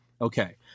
Okay